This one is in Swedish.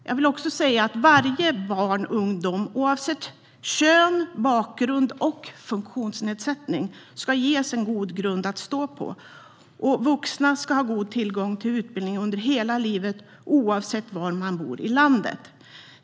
Jag vill också säga att varje barn och ungdom, oavsett kön, bakgrund och funktionsnedsättning, ska ges en god grund att stå på. Vuxna ska ha god tillgång till utbildning under hela livet, oavsett var i landet man bor.